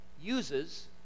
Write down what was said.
uses